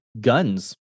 guns